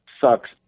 sucks